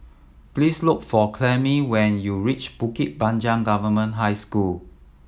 please look for Clemie when you reach Bukit Panjang Government High School